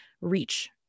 reach